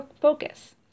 focus